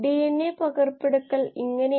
P E P carboxylase എൻസൈമാണ് ഇത് ചെയ്യുന്നത്